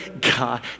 god